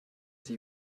sie